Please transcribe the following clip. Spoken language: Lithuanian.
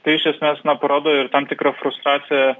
tai iš esmės na parodo ir tam tikrą frustraciją